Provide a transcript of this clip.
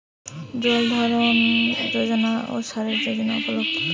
জন ধন যোজনা কি সবায়ের জন্য উপলব্ধ?